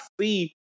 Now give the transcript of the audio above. see